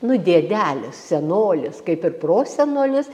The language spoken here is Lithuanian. nu dėdelis senolis kaip ir prosenolis